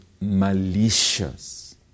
malicious